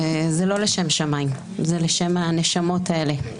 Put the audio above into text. זה לא לשם שמיים, זה לשם הנשמות האלה.